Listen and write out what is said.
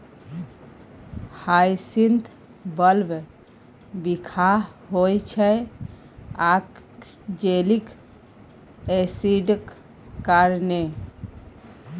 hyacinth bulb बिखाह होइ छै आक्जेलिक एसिडक कारणेँ